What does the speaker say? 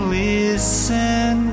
listen